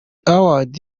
award